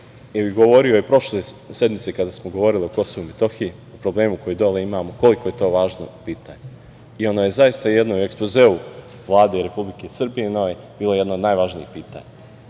i govorio je prošle sedmice, kada smo govorili o KiM, o problemu koji dole imamo, koliko je to važno pitanje. Ono je zaista i u ekspozeu Vlade Republike Srbije bilo jedno od najvažnijih pitanja.